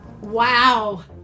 Wow